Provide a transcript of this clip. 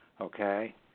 okay